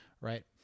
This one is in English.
right